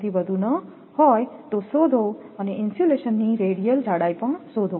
થી વધુ ન હોય તો શોધો અને ઇન્સ્યુલેશનની રેડિયલ જાડાઈ પણ શોધો